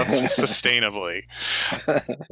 sustainably